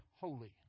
holy